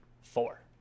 four